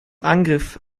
angriff